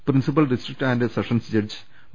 principal district and sessions judge Dr